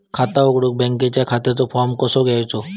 खाता उघडुक बँकेच्या खात्याचो फार्म कसो घ्यायचो?